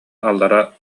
аллара